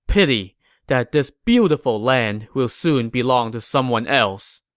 pity that this beautiful land will soon belong to someone else!